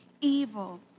evil